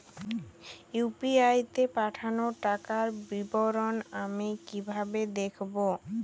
UPI তে পাঠানো টাকার বিবরণ আমি কিভাবে দেখবো?